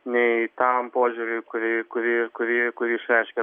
nei tam požiūriui kurį kurį kurį kurį išreiškė